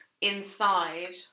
inside